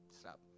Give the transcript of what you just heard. Stop